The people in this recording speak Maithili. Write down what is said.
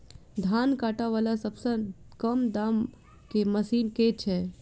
धान काटा वला सबसँ कम दाम केँ मशीन केँ छैय?